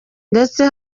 ndetse